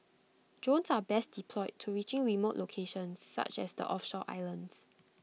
drones are best deployed to reaching remote locations such as the offshore islands